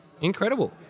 Incredible